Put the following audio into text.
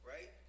Right